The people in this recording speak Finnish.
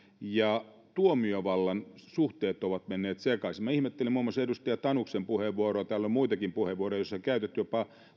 ja tuomiovallan suhteet ovat menneet sekaisin minä ihmettelen muun muassa edustaja tanuksen puheenvuoroa ja täällä on muitakin puheenvuoroja joissa on käytetty jopa